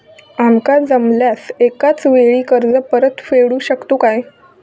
आमका जमल्यास एकाच वेळी कर्ज परत फेडू शकतू काय?